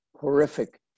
horrific